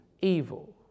evil